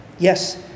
Yes